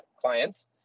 clients